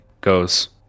goes